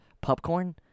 popcorn